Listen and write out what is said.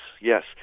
yes